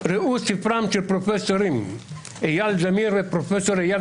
ראו ספרם של פרופסורים אייל זמיר ואייל